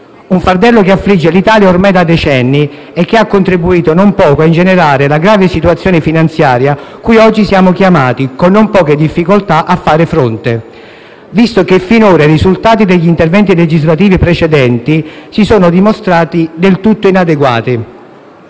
Un fardello che affligge l'Italia ormai da decenni e che ha contribuito non poco a ingenerare la grave situazione finanziaria cui oggi siamo chiamati, con non poche difficoltà, a fare fronte, visto che finora i risultati degli interventi legislativi precedenti si sono dimostrati del tutto inadeguati.